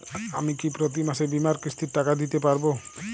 আমি কি প্রতি মাসে বীমার কিস্তির টাকা দিতে পারবো?